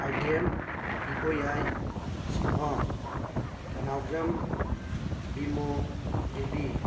ꯈꯥꯏꯗꯦꯝ ꯏꯕꯣꯌꯥꯏ ꯁꯤꯡꯍꯣ ꯊꯧꯅꯥꯎꯖꯝ ꯕꯤꯃꯣ ꯗꯦꯕꯤ